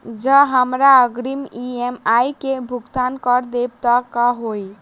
जँ हमरा अग्रिम ई.एम.आई केँ भुगतान करऽ देब तऽ कऽ होइ?